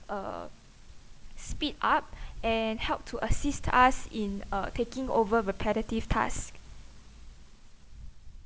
uh speed up and help to assist us in uh taking over repetitive task